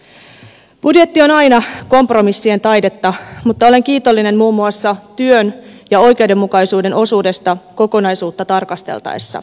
budjetti on aina kompromissien taidetta mutta olen kiitollinen muun muassa työn ja oikeudenmukaisuuden osuudesta kokonaisuutta tarkasteltaessa